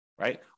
right